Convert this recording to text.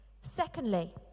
Secondly